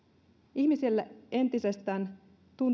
ihmiselle entisestään